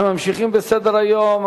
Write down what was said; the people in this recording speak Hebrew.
אנחנו ממשיכים בסדר-היום.